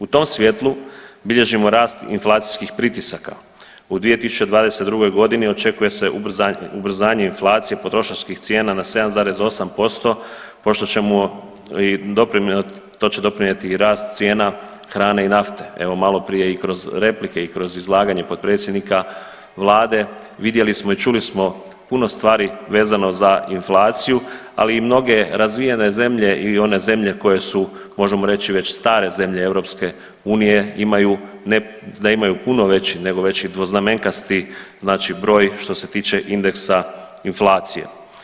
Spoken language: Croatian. U tom svjetlu, bilježimo rast inflacijskih pritisaka, u 2022. godini očekuju se ubrzanje inflacije potrošačkih cijena na 7,8%, to će doprinijeti i rast cijena hrane i nafte. evo maloprije i kroz replike i kroz izlaganje potpredsjednika Vlade, vidjeli smo i čuli smo puno stvari vezano za inflaciju ali i mnoge razvijene zemlje i one zemlje koje su možemo reći već stare zemlje EU-a, da imaju puno veći, nego veći dvoznamenkasti broj što se tiče indeksa inflacije.